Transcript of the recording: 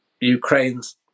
ukraine's